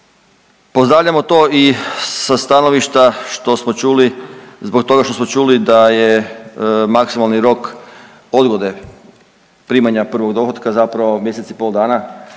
Pozdravljamo to i sa stanovišta što smo čuli zbog toga što smo čuli da je maksimalni rok odgode primanja prvog dohotka zapravo mjesec i pol dana